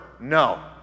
No